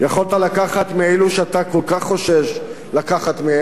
יכולת לקחת מאלו שאתה כל כך חושש לקחת מהם,